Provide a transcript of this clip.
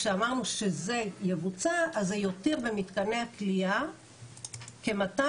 כשאמרנו שזה יבוצע אז זה יותיר במתקני כליאה כ-200